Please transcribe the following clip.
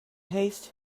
haste